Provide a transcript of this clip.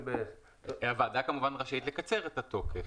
הוועדה רשאית לקצר את התוקף.